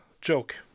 joke